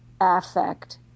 affect